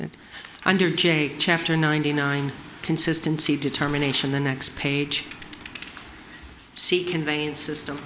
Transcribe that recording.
it under jake chapter ninety nine consistency determination the next page see conveyance system